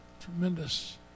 Tremendous